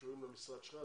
שקשורים למשרד שלך,